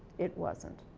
it wasn't.